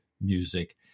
music